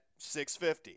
650